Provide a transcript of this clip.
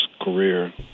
career